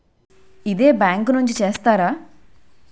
ఇదే బ్యాంక్ నుంచి చేస్తారా?